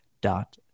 dot